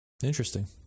Interesting